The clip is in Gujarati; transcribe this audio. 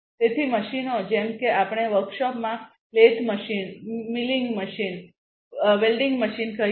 તેથી મશીનો જેમ કે આપણે વર્કશોપમાં લેથ મશીન વર્કશોપમાં મીલિંગ મશીન વર્કશોપમાં વેલ્ડીંગ મશીન કહીએ